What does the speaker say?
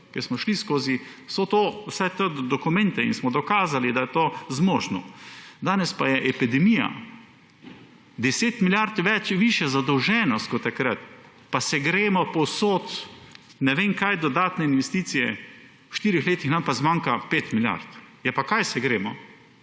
ker smo šli skozi vse te dokumente in smo dokazali, da je to zmožno. Danes pa je epidemija, deset milijard višja zadolženost kot takrat, pa se gremo povsod ne vem kaj dodatne investicije, v štirih letih nam pa zmanjka 5 milijard. Ja, pa kaj se gremo?!